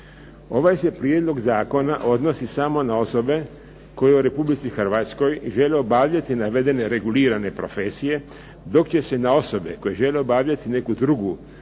Ovaj se prijedlog zakona odnosi samo na osobe koje u Republici Hrvatskoj žele obavljati navedene regulirane profesije, dok će se na osobe koje žele obavljati neku drugu